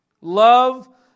Love